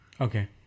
Okay